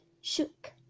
shook